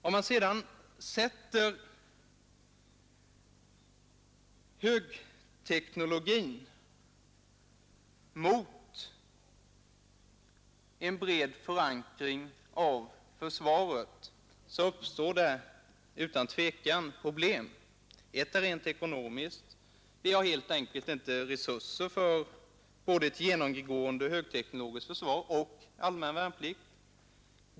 Om man sätter högteknologin mot en bred förankring av försvaret uppstår utan tvivel problem. Ett är rent ekonomiskt — vi har helt enkelt inte resurser för både ett genomgående högteknologiskt försvar och en allmän värnplikt.